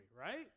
right